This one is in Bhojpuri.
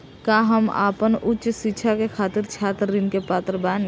का हम आपन उच्च शिक्षा के खातिर छात्र ऋण के पात्र बानी?